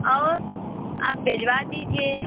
और आप भिजवा दीजिए